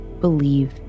believe